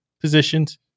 positions